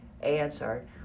answered